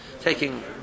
taking